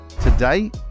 Today